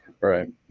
Right